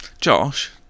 Josh